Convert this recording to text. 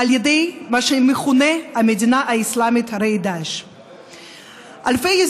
על ידי מה שמכונה המדינה האסלאמית, הרי היא דאעש.